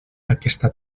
aquesta